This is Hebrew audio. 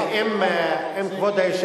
כדי,